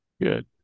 good